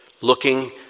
looking